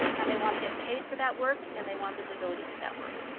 and they want to get paid for that work, and they want visibility for that work.